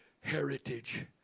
Heritage